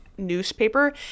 newspaper